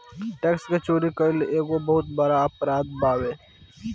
tax के चोरी कईल एगो बहुत बड़का अपराध बावे